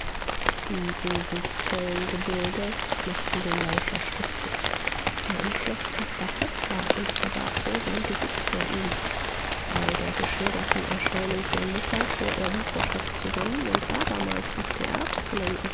die wesensvollen gebilde machten den lauscher stutzig er umschloß caspar fester und verbarg so sein gesicht vor ihm bei der geschilderten erscheinung der mutter fuhr er wie vor schreck zusammen und abermals suchte er abzulenken